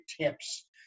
tips